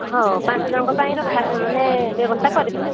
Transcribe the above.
ହଉ ପାଞ୍ଚ ଜଣଙ୍କ ପାଇଁ ରଖା ମାନେ ବ୍ୟବସ୍ଥା କରିଦେବା